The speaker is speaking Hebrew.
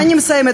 אני מסיימת.